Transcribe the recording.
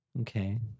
Okay